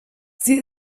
sie